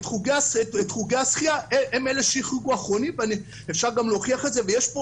את חוגי השחייה הם אלה שהחריגו אחרונים ואפשר גם להוכיח את זה ויש פה